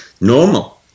normal